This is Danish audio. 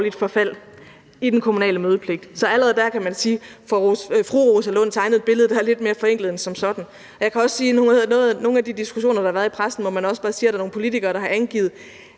forhold til den kommunale mødepligt. Så allerede der kan man sige, at fru Rosa Lund tegnede et billede, der er lidt mere forenklet end som sådan. Jeg kan også sige, at der er nogle af de diskussioner, der har været i pressen, hvor man også bare siger, at der er nogle politikere, der har angivet